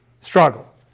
struggle